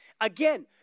Again